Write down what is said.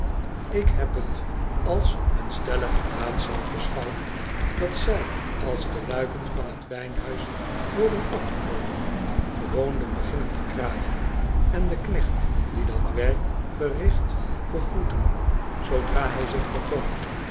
ik heb t als een stellige daadzaak beschouwd dat zij als de luiken van t wijnhuis worden afgenomen gewoonlijk beginnen te kraaien en den knecht die dat werk verricht begroeten zoodra hij zich vertoont